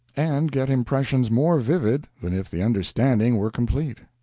and get impressions more vivid than if the understanding were complete.